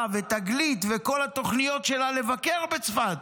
ותוכנית תגלית וכל התוכניות שלה לבקר בצפת.